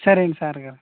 సరే అండి సార్ గారు